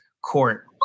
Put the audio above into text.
court